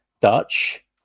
dutch